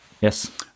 Yes